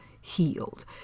healed